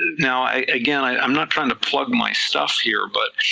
now again i'm not trying to plug my stuff here, but